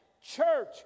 Church